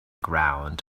ground